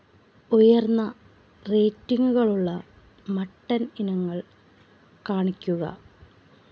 ഉയർന്ന റേറ്റിംഗുകളുള്ള മട്ടൺ ഇനങ്ങൾ കാണിക്കുക